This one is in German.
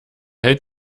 held